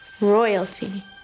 royalty